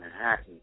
Manhattan